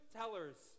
tellers